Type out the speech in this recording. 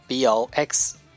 box